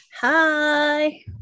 Hi